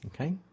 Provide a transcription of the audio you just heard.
Okay